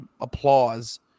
applause